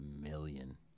million